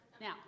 Now